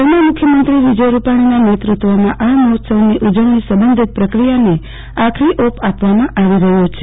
હાલમાં મુખ્યમંત્રી વિજય રૂપાણીના નેતૃત્વમાં આ મહોત્સવની ઉજવણી સંબંધિત પ્રક્રિયાને આખરી ઓપ આપવામાં આવી રહ્યો છે